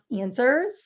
answers